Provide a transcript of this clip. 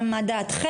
גם מה דעתכם,